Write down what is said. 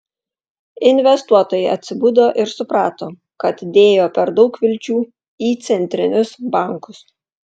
investuotojai atsibudo ir suprato kad dėjo per daug vilčių į centrinius bankus